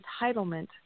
entitlement